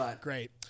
Great